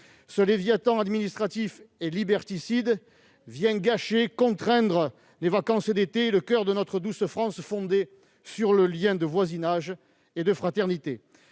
Ce Léviathan administratif et liberticide vient gâcher les vacances d'été et le coeur de notre douce France, fondée sur le lien de voisinage et de fraternité.